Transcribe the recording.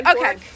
okay